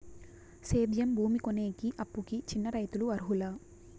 సేద్యం భూమి కొనేకి, అప్పుకి చిన్న రైతులు అర్హులా?